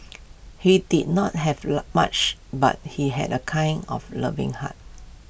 he did not have love much but he had A kind of loving heart